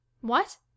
What